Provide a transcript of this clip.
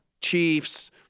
Chiefs